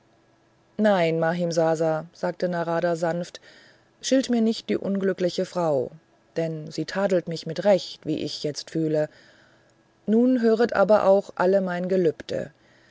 nein mahimsasa sagte narada sanft schilt mir nicht die unglückliche frau denn sie tadelt mich mit recht wie ich jetzt fühle nun höret aber auch alle mein gelübde